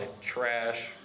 trash